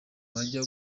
bajya